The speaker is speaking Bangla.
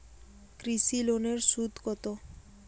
কৃষি লোনের সুদ কত?